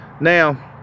now